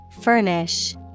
Furnish